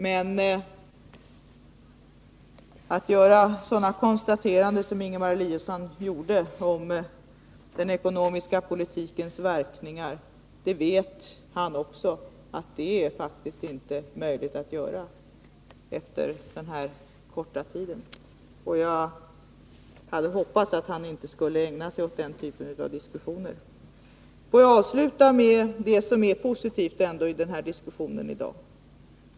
Men sådana konstateranden som Ingemar Eliasson gjorde om den ekonomiska politikens verkningar är faktiskt — det vet han också — inte möjligt att göra efter denna korta tid. Jag hade hoppats att Ingemar Eliasson inte skulle ägna sig åt den typen av diskussion. Låt mig avsluta med att tala om vad jag tycker är positivt i diskussionen i dag.